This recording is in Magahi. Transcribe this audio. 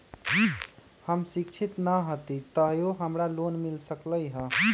हम शिक्षित न हाति तयो हमरा लोन मिल सकलई ह?